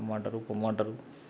రమ్మంటారు పొమ్మంటారు